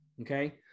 Okay